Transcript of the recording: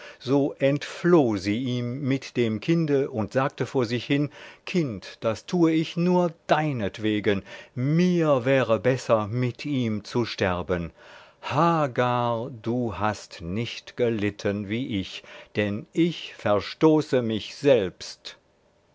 so entfloh sie ihm mit dem kinde und sagte vor sich hin kind das tue ich nur deinetwegen mir wäre besser mit ihm zu sterben hagar du hast nicht gelitten wie ich denn ich verstoße mich selbst